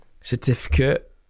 certificate